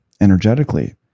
energetically